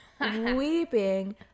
weeping